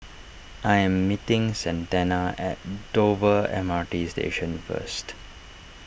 I am meeting Santana at Dover M R T Station first